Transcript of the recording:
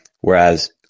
whereas